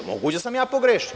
Moguće da sam ja pogrešio.